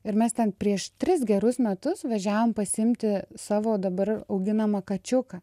ir mes ten prieš tris gerus metus važiavom pasiimti savo dabar auginamą kačiuką